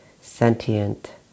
sentient